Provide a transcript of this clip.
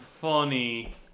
funny